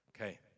Okay